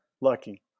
lucky